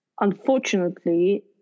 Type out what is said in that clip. unfortunately